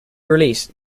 released